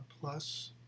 plus